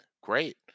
Great